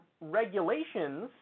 regulations